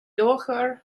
luachmhar